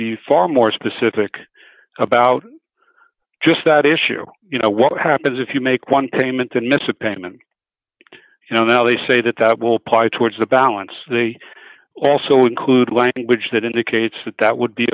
be far more specific about just that issue you know what happens if you make one payment and miss a payment you know now they say that that will part towards the balance they also include language that indicates that that would be